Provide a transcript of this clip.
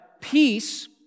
peace